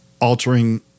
altering